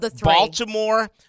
Baltimore